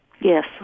Yes